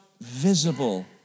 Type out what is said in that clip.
visible